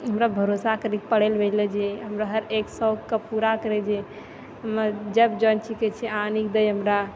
हमरा भरोसा करिके पढ़ैलए भेजलक जे हमरो हर एक शौकके पूरा करै जे जब जानि तब आनी कऽ दै हमरा